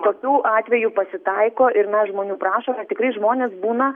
tokių atvejų pasitaiko ir mes žmonių prašome tikrai žmonės būna